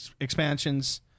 expansions